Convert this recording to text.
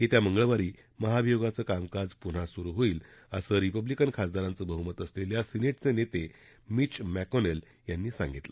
येत्या मंगळवारी महाभियोगाचं कामकाज पुन्हा सुरु होईल असं रिपब्लीकन खासदारांचं बहुमत असलेल्या सिने खे नेते मिच मॅकोनेल यांनी सांगितलं